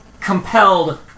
compelled